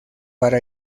para